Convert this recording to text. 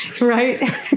Right